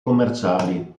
commerciali